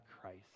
Christ